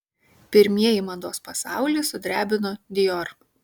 pirmieji mados pasaulį sudrebino dior